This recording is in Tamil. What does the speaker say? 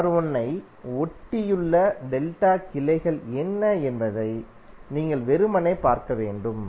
R1 ஐ ஒட்டியுள்ள டெல்டா கிளைகள் என்ன என்பதை நீங்கள் வெறுமனே பார்க்க வேண்டும்